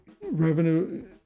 revenue